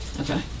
okay